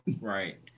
Right